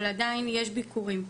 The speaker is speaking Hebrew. אבל עדיין יש ביקורים.